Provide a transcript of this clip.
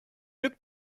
glück